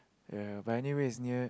ya by anyway is near